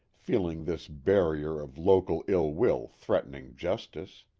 feeling this barrier of local ill-will threat ening justice.